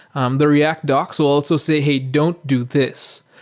um the react docs will also say, hey, don't do this.